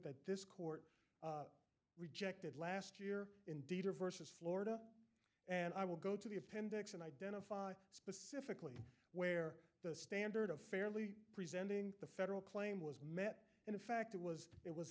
that this court rejected last year indeed reverses florida and i will go to the appendix and identify specific where the standard of fairly presenting the federal claim was met and in fact it was it w